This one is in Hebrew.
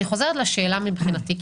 אני חוזרת לשאלה החשובה מבחינתי.